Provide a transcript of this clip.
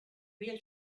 real